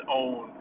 own